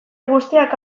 guztiak